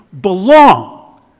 belong